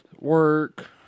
Work